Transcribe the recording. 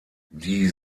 die